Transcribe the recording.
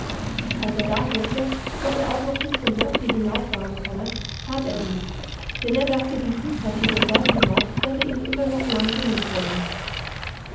als er da hörte daß er auch noch bis zum dörfli hinauffahren könne tat er dies denn er dachte die fußpartie den berg hinauf werde ihm immer noch lang genug werden